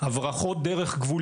הברחות דרך גבול